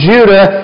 Judah